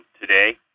today